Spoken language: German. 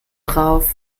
drauf